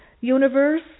universe